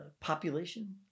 population